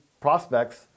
prospects